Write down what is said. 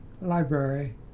library